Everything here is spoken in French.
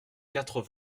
quatre